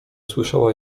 słyszała